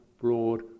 broad